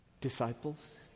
Disciples